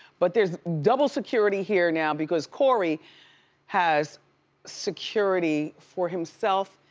but there's double security here now because corey has security for himself,